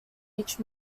each